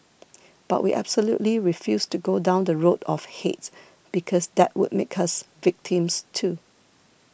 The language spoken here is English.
but we absolutely refused to go down the road of hate because that would make us victims too